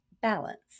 balance